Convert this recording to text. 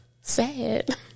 sad